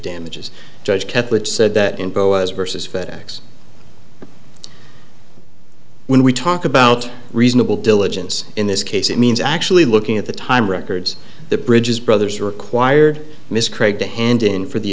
damages judge kept which said that in boaz versus fed ex when we talk about reasonable diligence in this case it means actually looking at the time records the bridges brothers required mr craig to hand in for the